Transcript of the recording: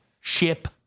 Ship